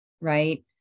right